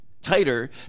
tighter